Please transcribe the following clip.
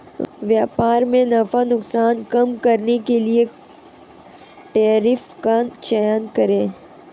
व्यापार में नफा नुकसान कम करने के लिए कर टैरिफ का चयन करे